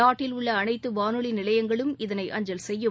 நாட்டில் உள்ள அனைத்து வானொலி நிலையங்களும் இதனை அஞ்சல் செய்யும்